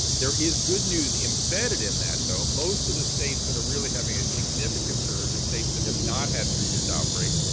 there is good news embedded in that though. most of the states that are really having a significant surge are states that have not had previous outbreaks.